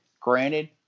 Granted